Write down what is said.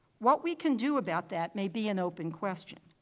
what we can do about that may be an open question,